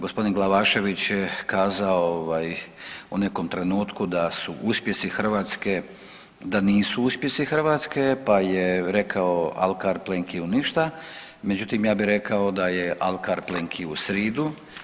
Gospodin Glavašević je kazao ovaj u nekom trenutku da su uspjesi Hrvatske da nisu uspjesi Hrvatske pa je rekao alkar Plenki u ništa, međutim ja bi rekao da je alkar Plenki u sridu.